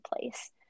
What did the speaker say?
place